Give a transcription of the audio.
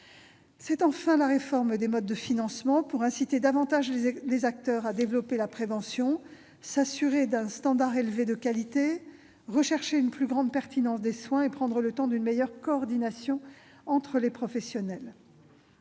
citer la réforme des modes de financement pour inciter davantage les acteurs à développer la prévention, s'assurer d'un standard élevé de qualité, rechercher une plus grande pertinence des soins et prendre le temps d'une meilleure coordination entre les professionnels.